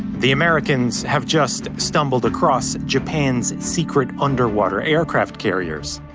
the american's have just stumbled across japan's secret underwater aircraft carriers,